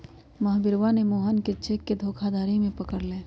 महावीरवा ने मोहन के चेक के धोखाधड़ी में पकड़ लय